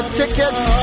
tickets